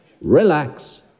relax